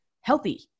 healthy